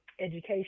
education